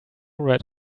red